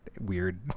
weird